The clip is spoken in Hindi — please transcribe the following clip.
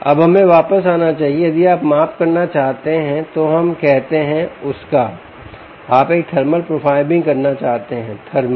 अब हमें वापस आना चाहिए यदि आप माप करना चाहते हैं हम कहते हैं उसका आप एक थर्मल प्रोफाइलिंग करना चाहते हैं थर्मल थर्मल